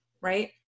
right